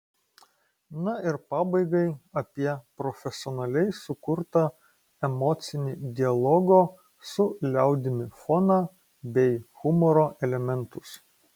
na ir pabaigai apie profesionaliai sukurtą emocinį dialogo su liaudimi foną bei humoro elementus